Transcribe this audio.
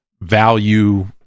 value